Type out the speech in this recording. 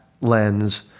lens